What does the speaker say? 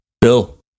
bill